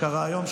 שקרה היום,